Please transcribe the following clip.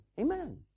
Amen